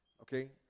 okay